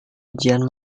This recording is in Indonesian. ujian